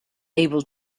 able